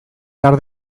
behar